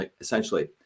essentially